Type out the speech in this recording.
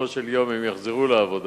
שבסופו של יום הם יחזרו לעבודה.